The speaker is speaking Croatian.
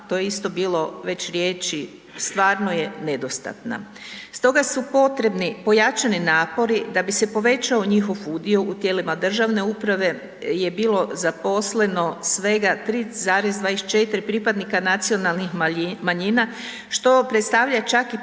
to je isto bilo već riječi, stvarno je nedostatna. Stoga su potrebni pojačani napori da bi se povećao njihov udio u tijelima državne uprave je bilo zaposleno svega 3,24 pripadnika nacionalnih manjina, što predstavlja čak i